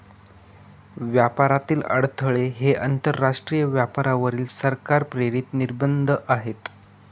व्यापारातील अडथळे हे आंतरराष्ट्रीय व्यापारावरील सरकार प्रेरित निर्बंध आहेत